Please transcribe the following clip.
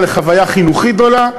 לחוויה חינוכית גדולה,